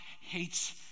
hates